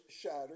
shattered